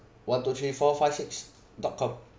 one two three four five six dot com